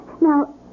Now